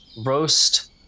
Roast